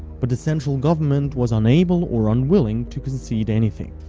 but the central government was unable or unwilling to concede anything.